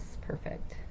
perfect